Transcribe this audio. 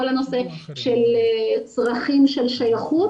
כל הנושא של צרכים של שייכות,